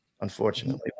unfortunately